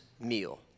meal